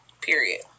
Period